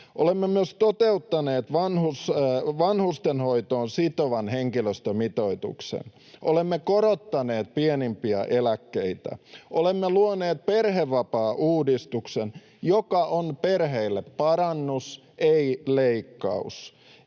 Olemme myös toteuttaneet vanhustenhoitoon sitovan henkilöstömitoituksen. Olemme korottaneet pienimpiä eläkkeitä. Olemme luoneet perhevapaauudistuksen, joka on perheille parannus, ei leikkaus.